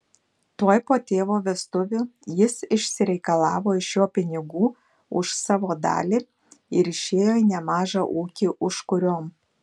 tuoj po tėvo vestuvių jis išsireikalavo iš jo pinigų už savo dalį ir išėjo į nemažą ūkį užkuriom